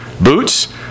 Boots